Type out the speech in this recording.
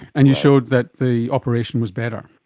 and you showed that the operation was better.